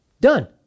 Done